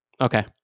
okay